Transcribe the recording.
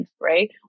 right